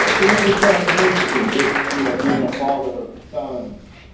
you know, it's ah it's interesting. just, you know, being a father of sons,